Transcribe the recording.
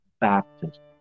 baptism